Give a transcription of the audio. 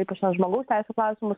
ypač ten žmogaus teisių klausimus